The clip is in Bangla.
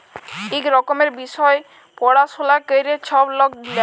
ইক রকমের বিষয় পাড়াশলা ক্যরে ছব লক গিলা